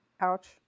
Ouch